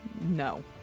No